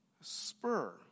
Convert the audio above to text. spur